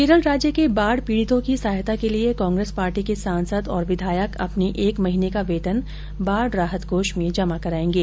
केरल राज्य के बाढ़ पीड़ितों की सहायता के लिये कांग्रेस पार्टी के सांसद और विधायक अपने एक महीने का वेतन बाढ़ राहत कोष में जमा करायेंगे